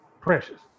precious